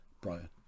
Brian